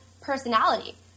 personality